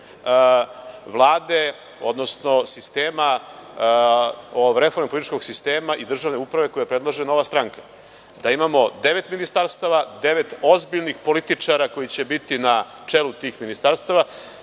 Vlade, odnosno sistema o reformi političkog sistema i državne uprave koji predlaže Nova stranka. Da imamo devet ministarstava, devet ozbiljnih političara koji će biti na čelu tih ministarstava.